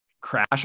crash